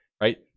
Right